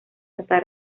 hasta